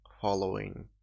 following